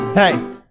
Hey